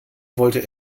wollte